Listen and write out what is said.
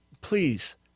Please